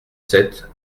sept